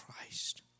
Christ